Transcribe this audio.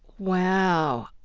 wow.